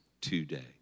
today